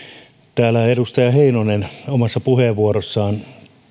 täällä edustaja heinonen omassa puheenvuorossaan